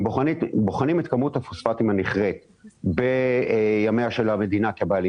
אם בוחנים את כמות הפוספטים במכרה בימיה של המדינה כבעלים